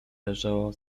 leżało